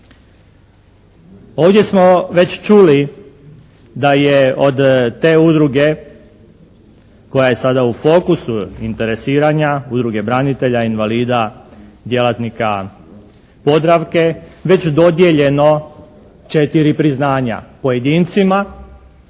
Ovdje smo već čuli da je od te udruge koja je sada u fokusu interesiranja, udruge branitelja, invalida djelatnika Podravke već dodijeljeno četiri priznanja pojedincima